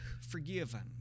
forgiven